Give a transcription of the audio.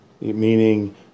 Meaning